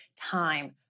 time